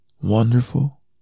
Wonderful